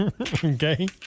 Okay